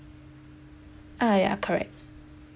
uh ya correct